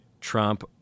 Trump